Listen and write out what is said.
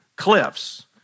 cliffs